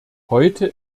heute